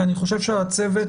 כי אני חושב שהצוות,